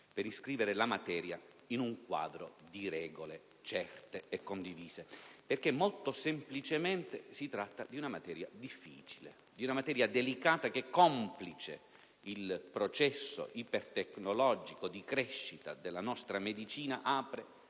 per iscrivere la materia in un quadro di regole certe e condivise, perché molto semplicemente si tratta di una materia difficile, di una materia delicata che, complice il processo ipertecnologico di crescita della nostra medicina, apre